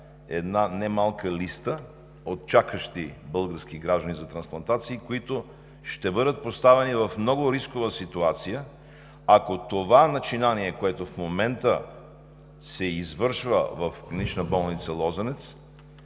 една немалка листа от чакащи български граждани за трансплантации, които ще бъдат поставени в много рискова ситуация, ако това начинание, което в момента се извършва в Клинична болница „Лозенец“,